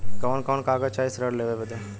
कवन कवन कागज चाही ऋण लेवे बदे?